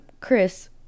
Chris